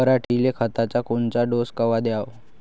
पऱ्हाटीले खताचा कोनचा डोस कवा द्याव?